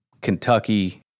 Kentucky